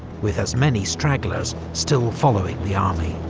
with as many stragglers still following the army.